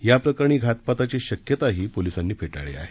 याप्रकरणी घातपाताची शक्यताही पोलीसांनी फेटाळली आहे